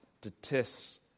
detests